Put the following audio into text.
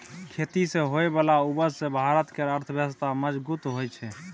खेती सँ होइ बला उपज सँ भारत केर अर्थव्यवस्था मजगूत होइ छै